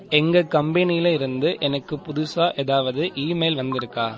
எங்கள் கம்பெனியில் இருந்து எனக்கு புதுசாக ஏதாவது இமெயில் வந்திருக்கா